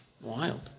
Wild